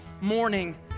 morning